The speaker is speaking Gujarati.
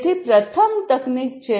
તેથી પ્રથમ તકનીક છે